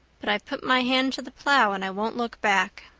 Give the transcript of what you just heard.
but i've put my hand to the plow and i won't look back.